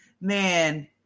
Man